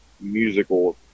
musical